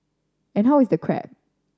and how is the crab